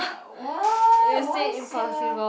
uh why why sia